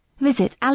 Visit